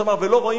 ולא רואים בעינינו,